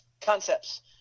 concepts